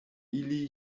ili